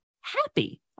happy